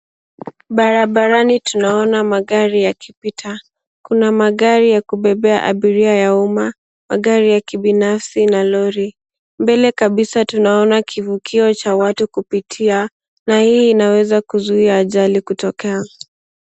Barabarani tunaona magari yakipita. Kuna magari ya kubebea abiria ya umma, magari ya kibinafsi na lori. Mbele kabisa tunaona kivukio cha watu kupitia na hii inaweza kuzuia ajali kutokea.